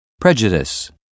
prejudice